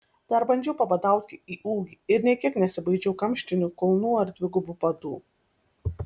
dar bandžiau pabadauti į ūgį ir nė kiek nesibaidžiau kamštinių kulnų ar dvigubų padų